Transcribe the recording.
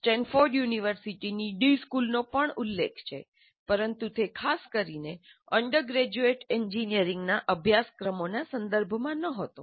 Stanford યુનિવર્સિટીની d સ્કૂલનો પણ ઉલ્લેખ છે પરંતુ તે ખાસ કરીને અંડરગ્રેજ્યુએટ એન્જિનિયરિંગના અભ્યાસક્રમના સંદર્ભમાં નહોતો